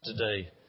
today